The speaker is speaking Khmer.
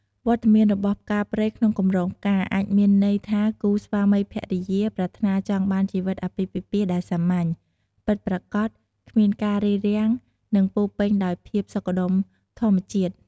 វត្តមានរបស់ផ្កាព្រៃក្នុងកម្រងផ្កា អាចមានន័យថាគូស្វាមីភរិយាប្រាថ្នាចង់បានជីវិតអាពាហ៍ពិពាហ៍ដែលសាមញ្ញ ពិតប្រាកដ គ្មានការរារាំង និងពោរពេញដោយភាពសុខដុមធម្មជាតិ។